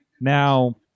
Now